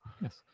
yes